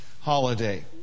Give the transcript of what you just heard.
holiday